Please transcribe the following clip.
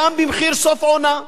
גם במחיר סוף עונה,